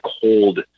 cold